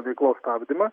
veiklos stabdymą